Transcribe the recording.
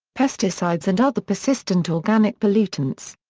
pesticides and other persistent organic pollutants.